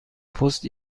پست